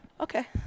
Okay